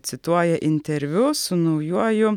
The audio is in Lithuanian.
cituoja interviu su naujuoju